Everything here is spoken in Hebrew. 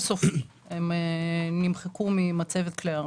אבל יש להניח שנקנו רכבים אחרים במקום אלה.